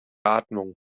atmung